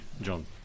John